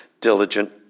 diligent